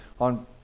on